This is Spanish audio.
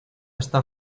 está